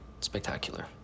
spectacular